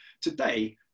Today